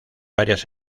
varias